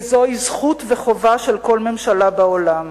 וזוהי זכות וחובה של כל ממשלה בעולם.